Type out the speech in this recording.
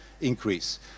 increase